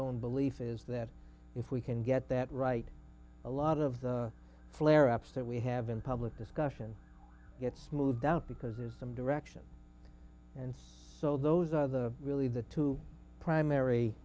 own belief is that if we can get that right a lot of the flare ups that we have in public discussion gets smoothed out because it's some direction and so those are the really the two primary